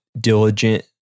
diligent